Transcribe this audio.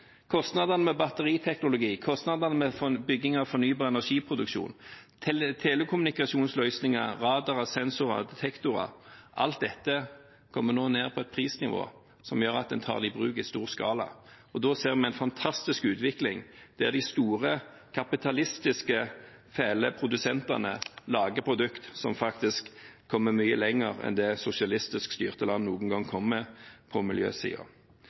Kostnadene ved batteriteknologi, kostnadene ved bygging av fornybar-energi-produksjon, telekommunikasjonsløsninger, radarer, sensorer og detektorer – alt dette kommer nå ned på et prisnivå som gjør at en tar det i bruk i stor skala. Da ser vi en fantastisk utvikling, der de store kapitalistiske teleprodusentene lager produkter som er kommet mye lenger enn det sosialistisk styrte land noen gang kom med på